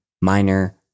minor